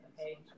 Okay